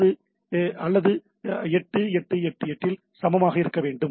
எனவே அது 8 8 8 8 இல் சமமாக இருக்க வேண்டும்